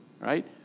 right